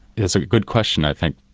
it's a good question i think,